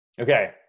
Okay